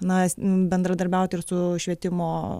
na bendradarbiauti ir su švietimo